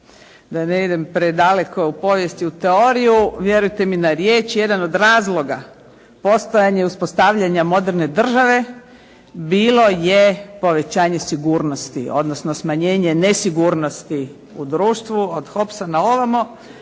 Da ne idem predaleko u povijest i u teoriju, vjerujte mi na riječ jedan od razloga postojanja i uspostavljanja moderne države bilo je povećanje sigurnosti, odnosno smanjenje nesigurnosti u društvu od Hobsa na ovamo.